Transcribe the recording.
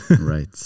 Right